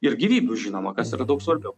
ir gyvybių žinoma kas yra daug svarbiau